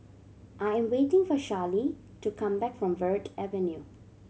I am waiting for Charlee to come back from Verde Avenue